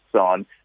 on